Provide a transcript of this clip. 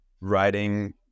writing